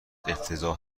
افتضاح